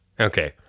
Okay